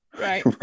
Right